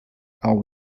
out